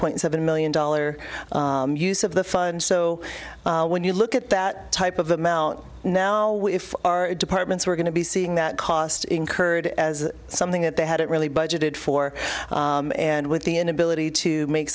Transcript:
point seven million dollar use of the fund so when you look at that type of amount now what if our departments were going to be seeing that cost incurred as something that they hadn't really budgeted for and with the inability to make